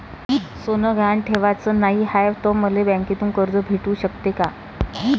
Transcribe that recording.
सोनं गहान ठेवाच नाही हाय, त मले बँकेतून कर्ज भेटू शकते का?